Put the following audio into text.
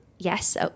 Yes